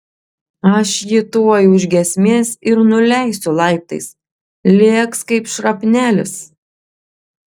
aš jį tuoj už giesmės ir nuleisiu laiptais lėks kaip šrapnelis